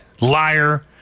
liar